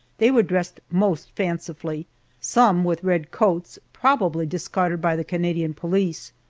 they were dressed most fancifully some with red coats, probably discarded by the canadian police,